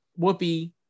Whoopi